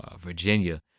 Virginia